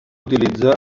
utilitza